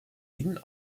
ihnen